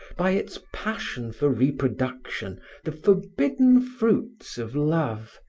by its passion for reproduction the forbidden fruits of love,